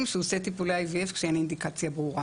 שעושה טיפולי IVF כשאין אינדיקציה ברורה,